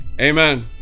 Amen